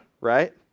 right